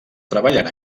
treballant